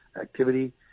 activity